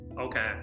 okay